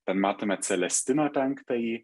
ten matome celestiną penktąjį